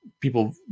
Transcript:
people